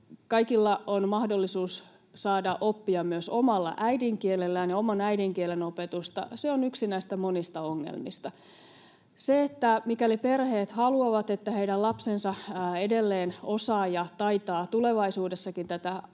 kaikilla on mahdollisuus saada oppia myös omalla äidinkielellään ja oman äidinkielen opetusta, on yksi näistä monista ongelmista. Mikäli perheet haluavat, että heidän lapsensa edelleen osaavat ja taitavat tulevaisuudessakin tätä